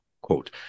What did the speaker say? Quote